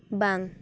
ᱵᱟᱝ